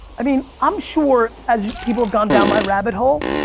i mean i'm sure as people have gone down my rabbit hole,